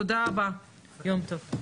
תודה רבה, יום טוב.